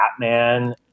Batman